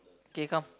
K come